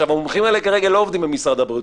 המומחים האלה כרגע לא עובדים במשרד הבריאות,